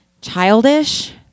childish